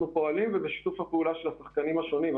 פועלים ובשיתוף הפעולה של השחקנים השונים.